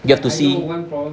you have to see